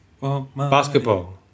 basketball